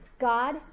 God